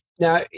Now